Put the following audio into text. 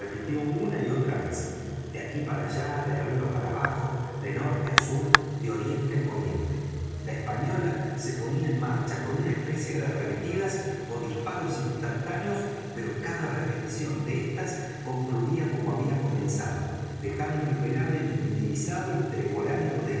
una y otra vez de aquí para allá de arriba para abajo de norte á sur y de oriente á poniente la española se ponía en marcha con una especie de arremetidas ó disparos instantáneos pero cada repetición de estas concluía como había comenzado dejando el velámen inutilizado y